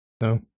no